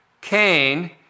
Cain